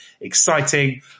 exciting